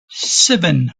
seven